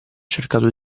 cercato